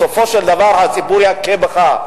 בסופו של דבר הציבור יכה בך,